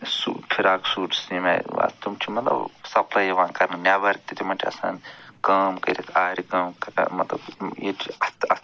سُہ frock suit سیمہٕ آیہِ وَ تِم چھِ مطلب سَپلَے یِوان کرنہٕ نٮ۪بَر تہِ تِمَن چھِ آسان کٲم کٔرِتھ آرِ کٲم مطلب ییٚتہِ چھِ اَتھٕ اَتھٕ